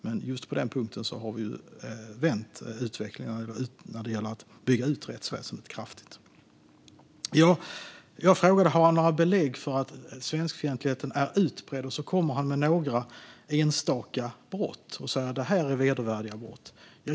Men på just den punkten, när det gäller att bygga ut rättsväsendet kraftigt, har vi vänt utvecklingen. Jag frågade om Pontus Andersson har några belägg för att svenskfientligheten är utbredd. Han kommer med några enstaka brott och säger att det är vedervärdiga brott.